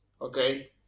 okay